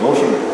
שלוש שנים?